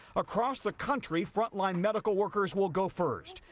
across the country, front line medical workers will go first.